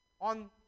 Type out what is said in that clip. on